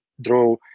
draw